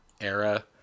era